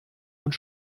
und